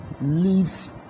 leaves